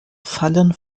fallen